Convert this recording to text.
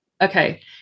Okay